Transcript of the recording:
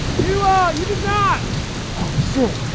you, ah. you did not oh, sick!